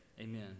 Amen